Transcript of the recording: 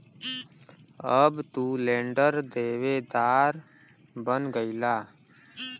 अब तू लेंडर देवेदार बन गईला